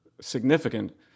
significant